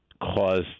caused